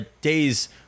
days